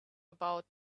about